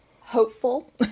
hopeful